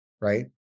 right